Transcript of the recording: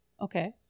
okay